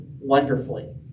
wonderfully